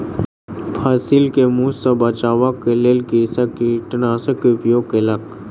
फसिल के मूस सॅ बचाबअ के लेल कृषक कृंतकनाशक के उपयोग केलक